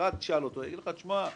תשאל אדם אחד, הוא יגיד לך: תשמע,